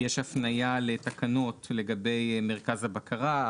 יש הפניה לתקנות לגבי מרכז הבקרה.